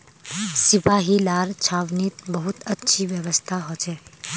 सिपाहि लार छावनीत बहुत अच्छी व्यवस्था हो छे